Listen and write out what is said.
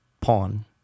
Pawn